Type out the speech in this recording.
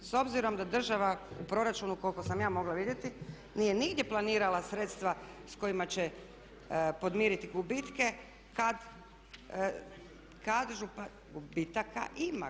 S obzirom da država u proračunu koliko sam ja mogla vidjeti nije nigdje planirala sredstva s kojima će podmiriti gubitke kad županija, …… [[Upadica sa strane, ne čuje se.]] Gubitaka ima.